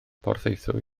porthaethwy